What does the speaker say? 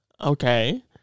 Okay